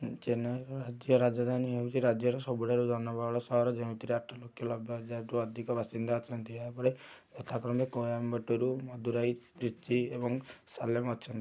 ଚେନ୍ନାଇର ରାଜ୍ୟ ରାଜଧାନୀ ହେଉଛି ରାଜ୍ୟର ସବୁଠାରୁ ଜନବହୁଳ ସହର ଯେଉଁଥିରେ ଆଠଲକ୍ଷ ନବେ ହଜାରରୁ ଅଧିକ ବାସିନ୍ଦା ଅଛନ୍ତି ଏହାପରେ ଯଥାକ୍ରମେ କୋଏମ୍ବାଟୁର ମଦୁରାଇ ତ୍ରିଚି ଏବଂ ସାଲେମ ଅଛନ୍ତି